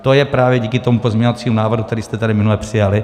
To je právě díky tomu pozměňovacímu návrhu, který jste tady minule přijali.